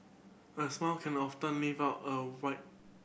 a smile can often lift up a